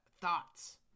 thoughts